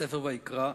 בספר ויקרא,